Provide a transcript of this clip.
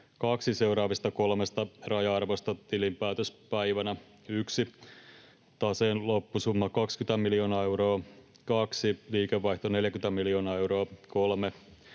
kaksi seuraavista kolmesta raja-arvosta tilinpäätöspäivänä: 1) taseen loppusumma 20 miljoonaa euroa; 2) liikevaihto 40 miljoonaa euroa; 3)